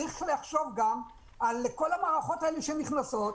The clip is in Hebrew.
צריך לחשוב על כל המערכות שנכנסות,